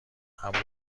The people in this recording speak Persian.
ابر